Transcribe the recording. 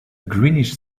greenish